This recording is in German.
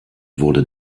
wurde